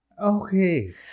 Okay